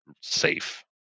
safe